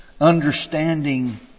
understanding